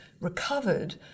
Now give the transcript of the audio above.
recovered